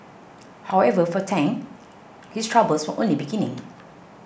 however for Tang his troubles were only beginning